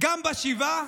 גם בשבעה